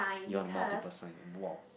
you're the multiple sign !wow!